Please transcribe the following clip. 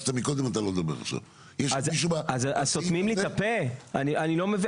בתוך שלושים ימים ממועד פניית החברה המבצעת,